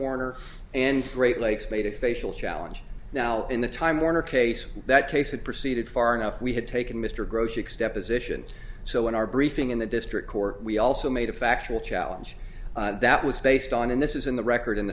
warner and great lakes made a facial challenge now in the time warner case that case had proceeded far enough we had taken mr gross extent positions so in our briefing in the district court we also made a factual challenge that was based on and this is in the record in